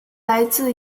来自